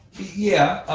yeah.